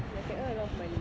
can earn a lot of money